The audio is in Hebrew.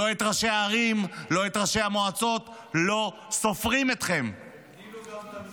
לא את ראשי הערים, לא את ראשי המועצות.